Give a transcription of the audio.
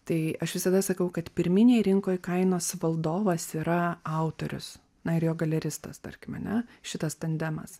tai aš visada sakau kad pirminėj rinkoj kainos valdovas yra autorius na ir jo galeristas tarkim ane šitas tandemas